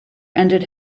ended